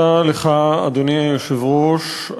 אדוני היושב-ראש,